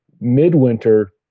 midwinter